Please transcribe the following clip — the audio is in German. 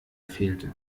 fehlte